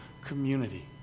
community